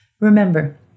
Remember